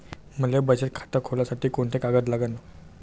मले बचत खातं खोलासाठी कोंते कागद लागन?